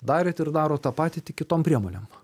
darėt ir darot tą patį tik kitom priemonėm